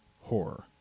horror